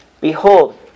Behold